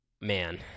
man